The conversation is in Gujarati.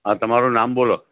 હા તમારું નામ બોલો